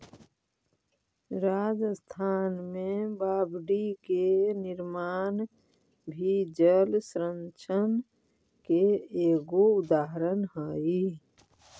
राजस्थान में बावडि के निर्माण भी जलसंरक्षण के एगो उदाहरण हई